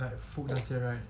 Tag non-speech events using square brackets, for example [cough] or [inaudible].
[noise]